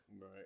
Right